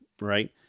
right